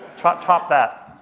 top top that.